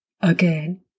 again